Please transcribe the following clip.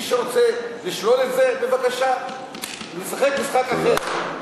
מי שרוצה לשלול את זה, בבקשה, נשחק משחק אחר.